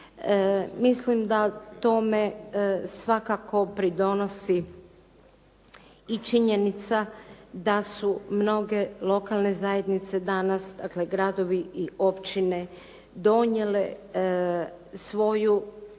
Mislim da tome svakako pridonosi i činjenica da su mnoge lokalne zajednice danas, dakle gradovi i općine donijele svoju